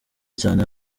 cyane